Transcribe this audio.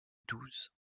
douze